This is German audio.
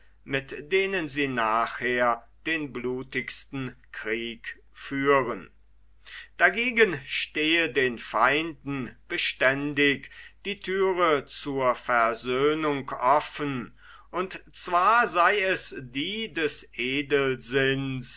mit denen sie nachher den blutigsten krieg führen dagegen stehe den feinden beständig die thüre zur versöhnung offen und zwar sei es die des